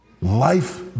life